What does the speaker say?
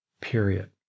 period